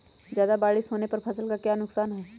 ज्यादा बारिस होने पर फसल का क्या नुकसान है?